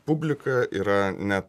publika yra ne